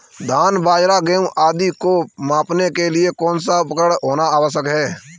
धान बाजरा गेहूँ आदि को मापने के लिए कौन सा उपकरण होना आवश्यक है?